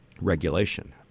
regulation